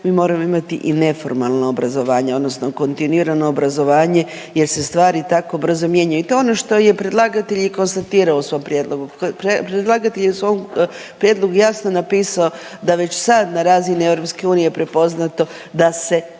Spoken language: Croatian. mi moramo imati i neformalna obrazovanja odnosno kontinuirano obrazovanje jer se stvari tako brzo mijenjaju i to je ono što je predlagatelj i konstatirao u svom prijedlogu. Predlagatelj je u svom prijedlogu jasno napisao da već sad na razini EU je prepoznato da se